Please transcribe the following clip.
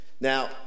Now